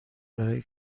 برای